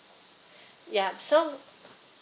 yup so